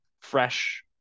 fresh